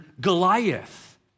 Goliath